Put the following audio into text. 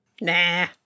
Nah